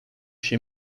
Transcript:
się